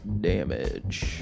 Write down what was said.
damage